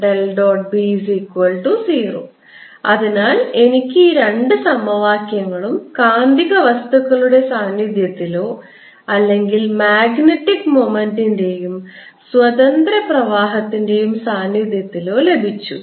B0 അതിനാൽ എനിക്ക് ഈ രണ്ട് സമവാക്യങ്ങളും കാന്തിക വസ്തുക്കളുടെ സാന്നിധ്യത്തിലോ അല്ലെങ്കിൽ മാഗ്നറ്റിക് മൊമെന്റ്ൻറെയും സ്വതന്ത്ര പ്രവാഹത്തിൻറെയും സാന്നിധ്യത്തിലോ ലഭിച്ചു